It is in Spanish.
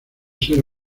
ser